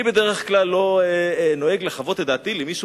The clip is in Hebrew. אני בדרך כלל לא נוהג לחוות את דעתי למישהו